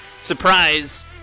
surprise